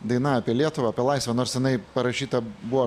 daina apie lietuvą apie laisvę nors jinai parašyta buvo